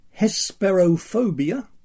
hesperophobia